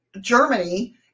Germany